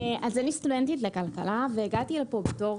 אז אני סטודנטית לכלכלה והגעתי לפה בתור